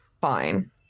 Fine